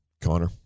Connor